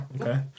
okay